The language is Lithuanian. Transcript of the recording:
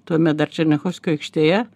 tuomet dar černiachovskio aikštėje